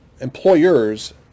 employers